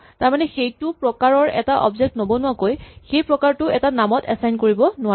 তাৰমানে সেইটো প্ৰকাৰৰ এটা অবজেক্ট নবনোৱাকৈ সেই প্ৰকাৰটো এটা নামত এচাইন কৰিব নোৱাৰি